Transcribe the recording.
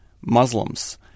muslims